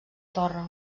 torre